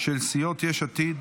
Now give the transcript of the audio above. של סיעות יש עתיד,